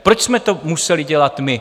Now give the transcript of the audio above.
Proč jsme to museli dělat my?